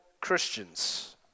Christians